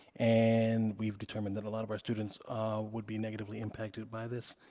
and we've determined that a lot of our students would be negatively impacted by this.